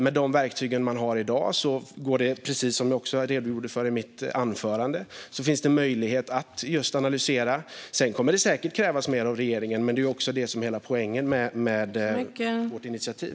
Med de verktyg man har i dag finns det, vilket jag också redogjorde för i mitt anförande, möjlighet att just analysera. Sedan kommer det säkert att krävas mer av regeringen. Det är också hela poängen med vårt initiativ.